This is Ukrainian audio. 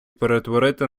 перетворити